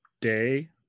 day